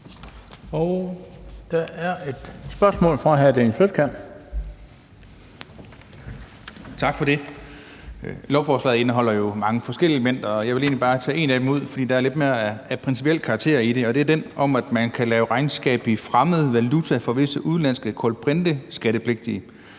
Kl. 16:53 Dennis Flydtkjær (DF): Tak for det. Lovforslaget indeholder jo mange forskellige elementer, og jeg vil egentlig bare tage et af dem ud, for der er lidt principiel karakter i det, og det er det om, at man kan lave regnskab i fremmed valuta for visse udenlandske kulbrinteskattepligtige.